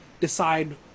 decide